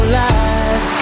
life